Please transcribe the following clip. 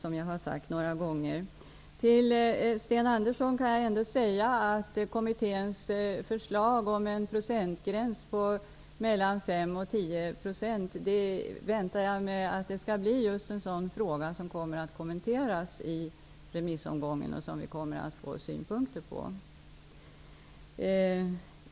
Till Sten Andersson i Malmö vill jag dock säga att jag väntar mig att kommitténs förslag om en procentgräns på 5--10 % är just en fråga som kommer att kommenteras i remissomgången, och som vi kommer att få synpunkter på.